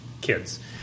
kids